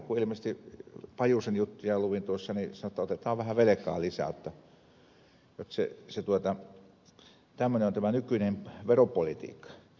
kun pajusen juttuja luin tuossa niin hän sanoi että otetaan vähän velkaa lisää jotta tämmöinen on tämä nykyinen veropolitiikka